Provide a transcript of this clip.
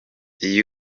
kubahana